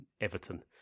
Everton